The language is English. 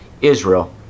Israel